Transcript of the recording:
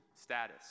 status